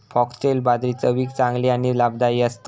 foxtail बाजरी चवीक चांगली आणि लाभदायी असता